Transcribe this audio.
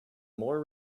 more